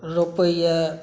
रोपै यऽ